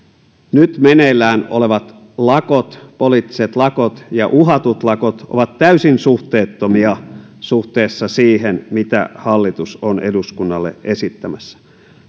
nyt meneillään olevat lakot poliittiset lakot ja uhatut lakot ovat täysin suhteettomia suhteessa siihen mitä hallitus on eduskunnalle esittämässä